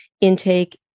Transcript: intake